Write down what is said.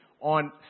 on